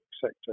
sector